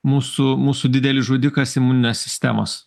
mūsų mūsų didelis žudikas imuninės sistemos